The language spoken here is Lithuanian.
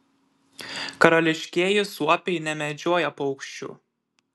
karališkieji suopiai nemedžioja paukščių